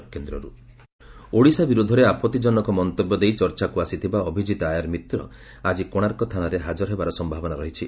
ଅଭିଜିତ ଆୟର ମିତ୍ର ଓଡ଼ିଶା ବିରୋଧରେ ଆପତ୍ତିଜନକ ମନ୍ତବ୍ୟ ଦେଇ ଚର୍ଚାକୁ ଆସିଥିବା ଅଭିଜିତ ଆୟାର ମିତ୍ର ଆକି କୋଶାର୍କ ଥାନାରେ ହାଜର ହେବାର ସୟାବନା ରହିଛି